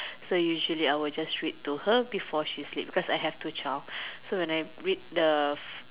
so usually I would just read to her before she sleep because I have two child so when I read the